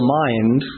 mind